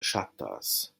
ŝatas